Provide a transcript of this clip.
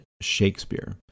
Shakespeare